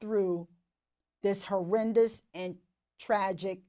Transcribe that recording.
through this horrendous and tragic